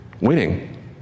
winning